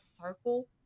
circle